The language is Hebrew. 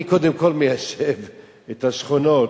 אני קודם כול מיישב את השכונות.